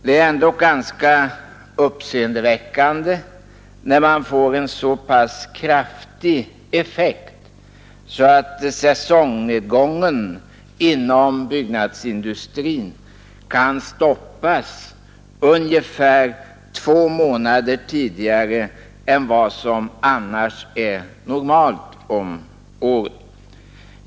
Det är ändå ganska uppseendeväckande när man får en så kraftig effekt att säsongnedgången inom byggnadsindustrin kan stoppas ungefär två månader tidigare än vad som annars är normalt.